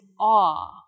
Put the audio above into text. awe